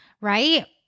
right